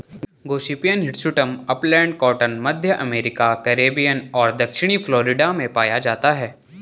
Gossypium hirsutum upland cotton, मध्य America, Caribbean और दक्षिणी फ्लोरिडा में पाया जाता है